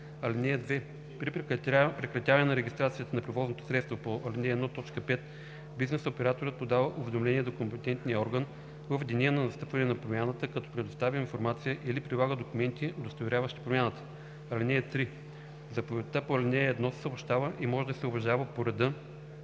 (2) При прекратяване на регистрацията на превозното средство по ал. 1, т. 5 бизнес операторът подава уведомление до компетентния орган в деня на настъпване на промяната, като предоставя информация или прилага документи, удостоверяващи промяната. (3) Заповедта по ал. 1 се съобщава и може да се обжалва по реда